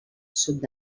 sud